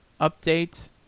update